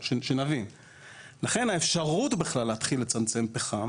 לכן האפשרות להתחיל לצמצם פחם